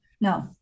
No